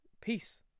peace